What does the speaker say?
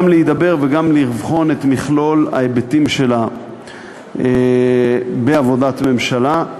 גם להידבר וגם לבחון את מכלול ההיבטים שלה בעבודת ממשלה.